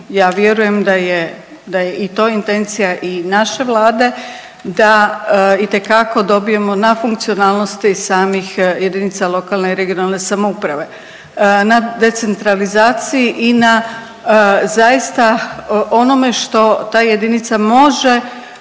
ja vjerujem da je i to intencija i naše vlade da itekako dobijemo na funkcionalnosti samih jedinica lokalne i regionalne samouprave. Na decentralizaciji na zaista onome što ta jedinica može